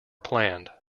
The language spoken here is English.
planned